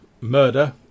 murder